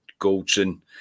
goldson